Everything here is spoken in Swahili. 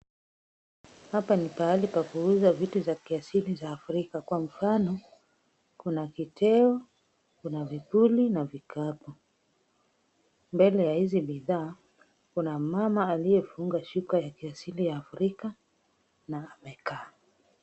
Hapa ni pahali pa kuuza vitu za kiasili za Afrika. Kwa mfano: kuna kiteo, kuna vipuli na vikapu. Mbele ya hizi bidhaa, kuma mmama aliyefunga shuka ya kiasili ya Afrika na amekaa.